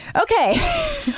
Okay